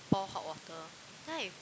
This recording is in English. pour hot water then I